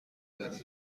دانیم